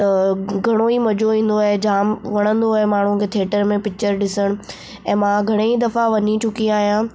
त घणो ई मज़ो ईंदो आहे जामु वणंदो आहे माण्हुनि खे थिएटर में पिच्चर ॾिसणु ऐं मां घणाई दफ़ा वञी चुकी आहियां